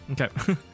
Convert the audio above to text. Okay